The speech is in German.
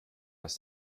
das